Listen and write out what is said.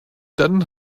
dann